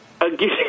Again